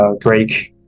Drake